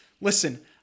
listen